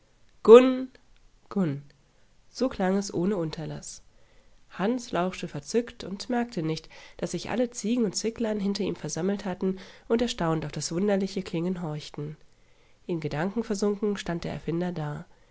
so klang es ohne unterlaß hans lauschte verzückt und merkte nicht daß sich alle ziegen und zicklein hinter ihm versammelt hatten und erstaunt auf das wunderliche klingen horchten in gedanken versunken stand der erfinder da